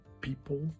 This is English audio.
people